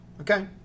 Okay